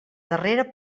darrera